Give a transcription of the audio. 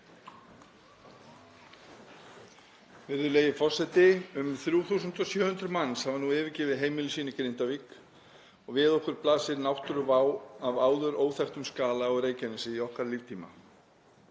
Virðulegi forseti. Um 3.700 manns hafa nú yfirgefið heimili sín í Grindavík og við okkur blasir náttúruvá af áður óþekktum skala á Reykjanesi á okkar líftíma.